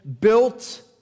built